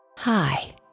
Hi